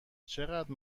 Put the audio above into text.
چقدر